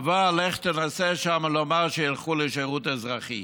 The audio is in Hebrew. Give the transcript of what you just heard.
אבל לך תנסה שם לומר שילכו לשירות אזרחי.